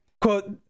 Quote